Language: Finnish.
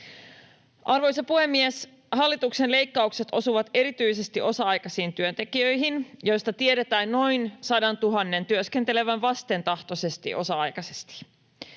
Arvoisa puhemies! Hallituksen leikkaukset osuvat erityisesti osa-aikaisiin työntekijöihin, joista tiedetään noin 100 000:n työskentelevän vastentahtoisesti osa-aikaisesti.